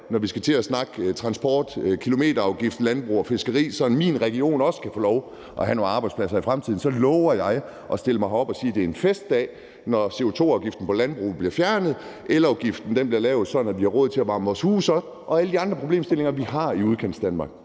når vi skal til at snakke transport, kilometerafgift, landbrug og fiskeri, sådan at min region også kan få lov at have nogle arbejdspladser i fremtiden; så lover jeg at stille mig herop og sige, at det er en festdag, når CO2-afgiften på landbrug bliver fjernet, elafgiften bliver lavet sådan, at vi har råd til at varme vores huse op, og vi får løst alle de andre problemstillinger, vi har i Udkantsdanmark.